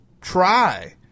try